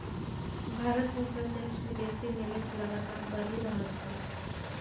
भारत मे प्रत्यक्ष विदेशी निवेश लगातार बढ़ि रहल छै